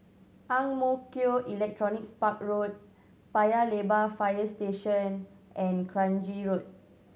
Ang Mo Kio Electronics Park Road Paya Lebar Fire Station and Kranji Road